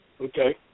Okay